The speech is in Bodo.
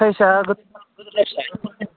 साइजआ गिदिर ना फिसा